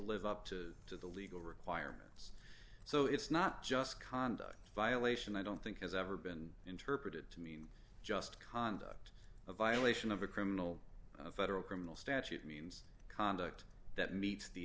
live up to to the legal requirements so it's not just conduct violation i don't think has ever been interpreted to mean just conduct a violation of a criminal federal criminal statute means conduct that meets the